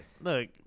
Look